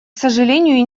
сожалению